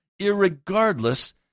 irregardless